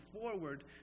forward